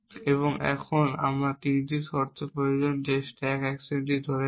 এবং এখন আমার 3টি শর্ত প্রয়োজন যে স্ট্যাক অ্যাকশনটি B ধরে আছে